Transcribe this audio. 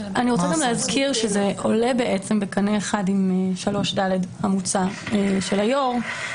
אני רוצה להזכיר שזה עולה בעצם בקנה אחד עם 3ד המוצע של היו"ר.